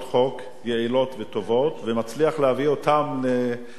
יעילות וטובות ומצליח להביא אותן ליעדן,